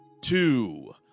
two